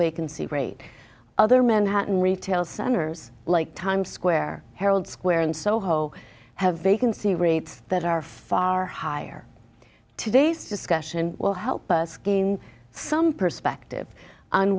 vacancy rate other manhattan retail centers like times square herald square and soho have vacancy rates that are far higher today's discussion and will help us gain some perspective on